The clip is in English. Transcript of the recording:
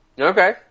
Okay